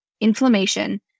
inflammation